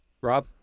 Rob